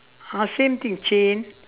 ah same thing chain